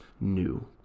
new